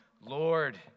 Lord